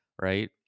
right